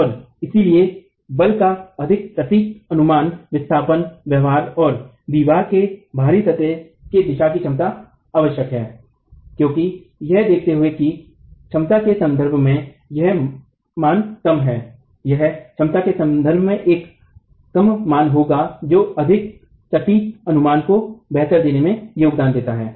और इसलिए बल का अधिक सटीक अनुमान विस्थापन व्यवहार और दीवार के बाहरी सतह के दिशा की क्षमता आवश्यक है क्योंकि यह देखते हुए कि क्षमता के संदर्भ में यह मान कम हैं यह क्षमता के संदर्भ में एक कम मान होगा जो अधिक सटीक अनुमान को बेहतर देने में योगदान देता है